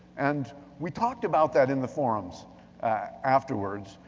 and we talked about that in the forums afterwards.